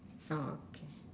okay